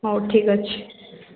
ହଉ ଠିକ୍ ଅଛି